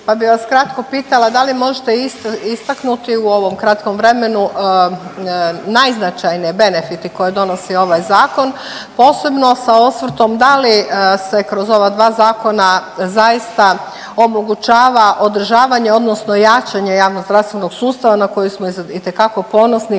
pa bi vas kratko pitala, da li možete istaknuti u ovom kratkom vremenu najznačajne benefite koje donosi ovaj zakon, posebno sa osvrtom da li se kroz ova dva zakona zaista omogućava održavanje odnosno jačanje javnozdravstvenog sustava na koji smo itekako ponosni